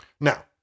Now